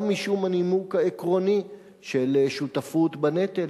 גם משום הנימוק העקרוני של שותפות בנטל,